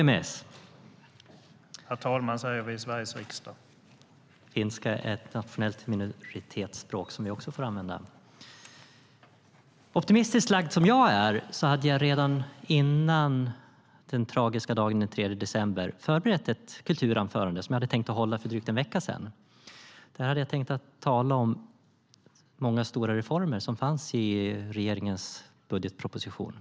Herra puhemies! Finska är ett nationellt minoritetsspråk som vi också får använda. Optimistiskt lagd som jag är hade jag redan före den tragiska dagen, den 3 december, förberett ett kulturanförande som jag hade tänkt hålla för drygt en vecka sedan. Jag hade tänkt tala om många stora reformer som fanns i regeringens budgetproposition.